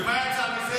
ומה יצא מזה?